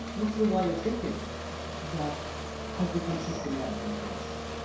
and this is a way of thinking that has become systematic in philosophy,